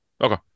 Okay